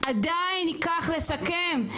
עדיין ייקח לשקם,